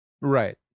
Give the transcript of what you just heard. right